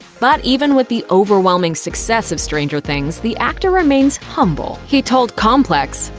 but even with the overwhelming success of stranger things, the actor remains humble. he told complex,